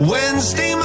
Wednesday